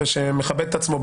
שמכבד את עצמו,